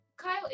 Kyle